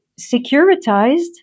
securitized